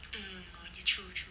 hmm true true